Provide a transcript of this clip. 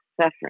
suffering